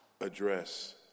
address